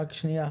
מירב,